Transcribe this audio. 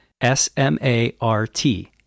S-M-A-R-T